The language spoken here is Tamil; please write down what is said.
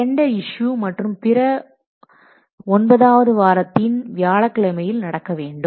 டெண்டர்இஸ்யூ மற்றும் பிற ஒன்பதாவது வாரத்தின் வியாழக்கிழமையில் நடக்க வேண்டும்